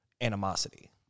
animosity